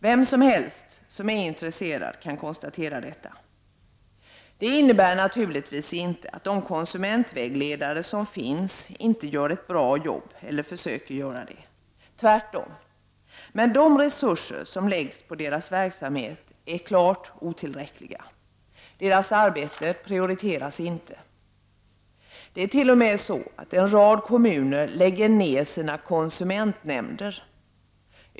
Vem som helst som är intresserad kan konstatera detta. Det innebär naturligtvis inte att de konsumentvägledare som finns inte gör ett bra jobb eller försöker göra det — tvärtom. Men de resurser som anslås till deras verksamhet är otillräckliga. Deras arbete prioriteras inte. En rad kommuner lägger t.o.m. ned sina konsumentnämnder.